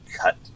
cut